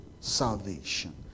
salvation